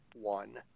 one